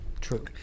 True